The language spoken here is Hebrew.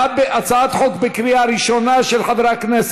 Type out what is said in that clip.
נתקבל.